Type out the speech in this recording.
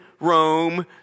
Rome